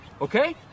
okay